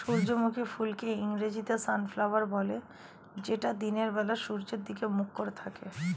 সূর্যমুখী ফুলকে ইংরেজিতে সানফ্লাওয়ার বলে যেটা দিনের বেলা সূর্যের দিকে মুখ করে থাকে